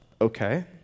okay